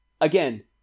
Again